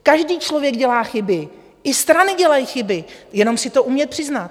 Každý člověk dělá chyby, i strany dělají chyby, jenom si to umět přiznat.